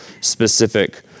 specific